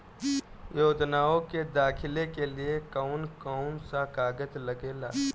योजनाओ के दाखिले के लिए कौउन कौउन सा कागज लगेला?